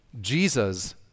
Jesus